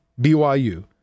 BYU